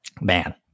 man